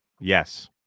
Yes